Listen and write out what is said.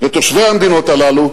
לתושבי המדינות הללו